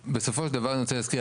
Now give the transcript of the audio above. בסופו של דבר אני רוצה להזכיר,